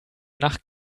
nach